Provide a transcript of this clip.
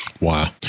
Wow